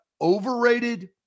overrated